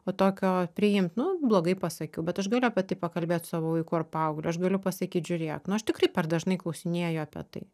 o tokio priimt nu blogai pasakiau bet aš galiu apie tai pakalbėt su savo vaiku ar paaugliu aš galiu pasakyt žiūrėk nu aš tikrai per dažnai klausinėju apie tai